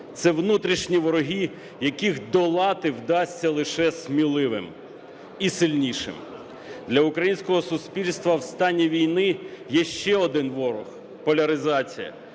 Це внутрішні вороги, яких долати вдасться лише сміливим і сильнішим. Для українського суспільства в стані війни є ще один ворог: поляризація.